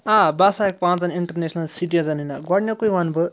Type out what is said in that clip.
آ بہٕ ہَسا ہٮ۪کہِ پانٛژَن اِنٹَرنیشنَل سِٹیٖزَنٕے نہ گۄڈنِکُے وَنہٕ بہٕ